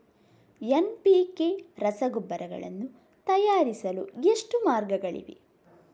NPK ರಸಗೊಬ್ಬರಗಳನ್ನು ತಯಾರಿಸಲು ಎಷ್ಟು ಮಾರ್ಗಗಳಿವೆ?